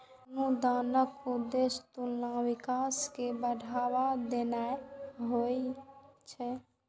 अनुदानक उद्देश्य संतुलित विकास कें बढ़ावा देनाय होइ छै